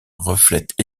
reflètent